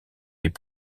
est